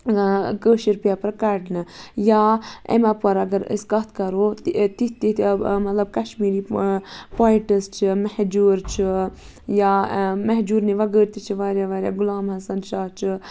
کٲشِر paper کَڑنہٕ یا أمۍ اپور اگر أسۍ کَتھ کَرو تہِ تِتھ تِتھ مطلب کَشمیٖری پویٹٕز چھِ مہجوٗر چھُ یا مہجوٗرنہِ وغٲر تہِ چھِ واریاہ واریاہ غُلام حسن شاہ چھُ